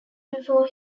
before